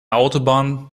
autobahn